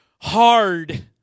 hard